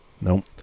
Nope